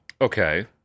okay